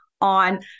on